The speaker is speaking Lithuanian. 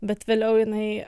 bet vėliau jinai